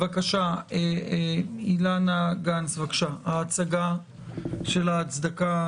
אילנה גנס, בבקשה, ההצגה של ההצדקה